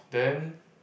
then